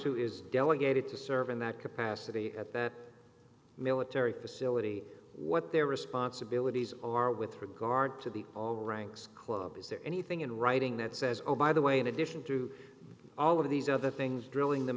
who is delegated to serve in that capacity at the military facility what their responsibilities or with regard to the all ranks club is there anything in writing that says oh by the way in addition to all of these other things drilling the